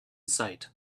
sight